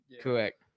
Correct